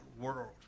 world